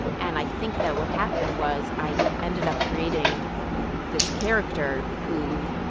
and i think that what happened was i ended up creating this character, who,